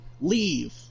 Leave